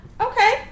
okay